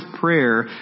prayer